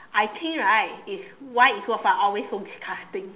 I think right it's why is Rou-Fan always so disgusting